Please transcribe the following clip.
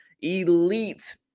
Elite